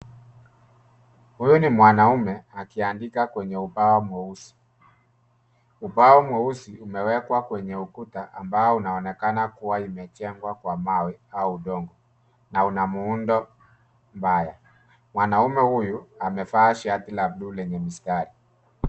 Huyu ni mwanaume akiandika kwenye ubao mweusi. Ubao mweusi umewekwa kwenye ukuta ambao unaonekana kuwa imejengwa kwa mawe au udongo na una muundo mbaya. Mwanaume huyu amevaa shati la blue lenye mistari.